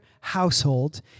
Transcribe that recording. household